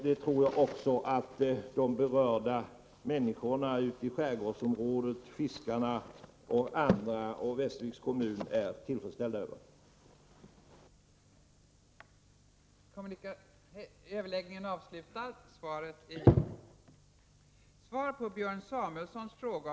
Jag tror också att berörda människor ute i skärgårdsområdet, fiskare och andra, samt Västerviks kommun är tillfredsställda med detta besked.